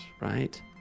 right